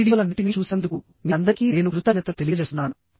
ఈ వీడియోలన్నింటినీ చూసినందుకు మీ అందరికీ నేను కృతజ్ఞతలు తెలియజేస్తున్నాను